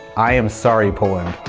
i am sorry, poland.